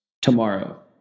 tomorrow